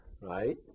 right